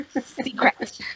Secret